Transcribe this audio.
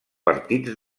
partits